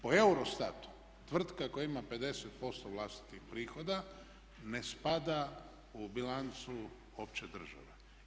Po Eurostatu, tvrtka koja ima 50% vlastitih prihoda ne spada u bilancu opće države.